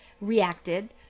reacted